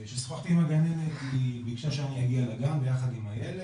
כששוחחתי עם הגננת ,היא ביקשה שאני אגיע לגן יחד עם הילד,